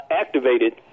activated